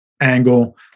angle